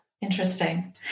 interesting